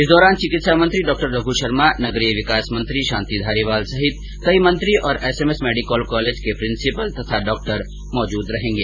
इस दौरान चिकित्सा मंत्री डॉ रघ् शर्मा नगरीय विकास मंत्री शांति धारीवाल सहित कई मंत्री और एसएमएस मेडिकल कॉलेज के प्रिंसिपल तथा डॉक्टर मौजूद रहेंगे